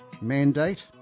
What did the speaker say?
mandate